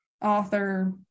author